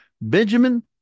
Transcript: Benjamin